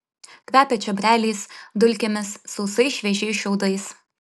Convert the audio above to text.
kvepia čiobreliais dulkėmis sausais šviežiais šiaudais